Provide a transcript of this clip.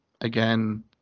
again